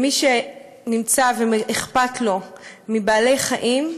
ומי שאכפת לו מבעלי-חיים,